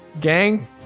Gang